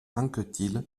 anquetil